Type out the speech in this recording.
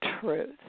truth